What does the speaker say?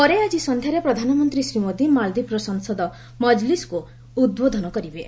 ପରେ ଆକି ସନ୍ଧ୍ୟାରେ ପ୍ରଧାନମନ୍ତ୍ରୀ ଶ୍ରୀ ମୋଦି ମାଳଦୀପର ସଂସଦ ମଜଲିସ୍କୁ ଉଦ୍ବୋଧନ କରିବେ